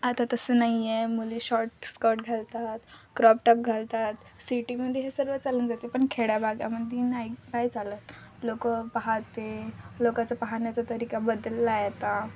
आता तसं नाही आहे मुली शॉर्टस्कर्ट घालतात क्रॉपटॉप घालतात सिटीमध्ये हे सर्व चालून जाते पण खेड्याभागामध्ये नाही नाही चालत लोकं पाहाते लोकाचं पाहण्याचा तरीका बदलला आहे आता